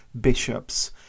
bishops